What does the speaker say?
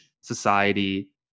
society